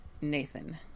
Nathan